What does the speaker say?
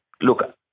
look